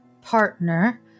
Partner